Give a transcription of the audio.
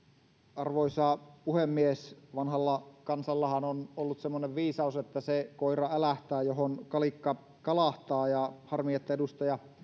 arvoisa puhemies vanhalla kansallahan on ollut semmoinen viisaus että se koira älähtää johon kalikka kalahtaa harmi että edustaja